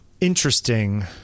interesting